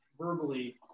verbally